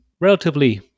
relatively